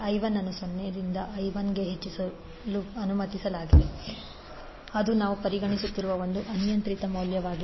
i1 ಅನ್ನು 0 ರಿಂದ i1 ಗೆ ಹೆಚ್ಚಿಸಲು ಅನುಮತಿಸಲಾಗಿದೆ ಅದು ನಾವು ಪರಿಗಣಿಸುತ್ತಿರುವ ಒಂದು ಅನಿಯಂತ್ರಿತ ಮೌಲ್ಯವಾಗಿದೆ